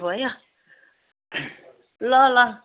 भयो ल ल